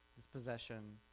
dispossession,